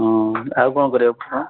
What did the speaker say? ହଁ ଆଉ କ'ଣ କରିବାକୁ ପଡ଼ିବ